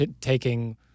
taking